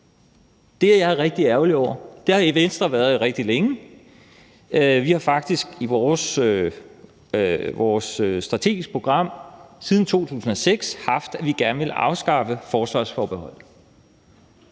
Det er jeg rigtig ærgerlig over, og det har vi i Venstre været rigtig længe. Vi har faktisk i vores strategiske program siden 2006 haft, at vi gerne ville afskaffe forsvarsforbeholdet.